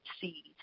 see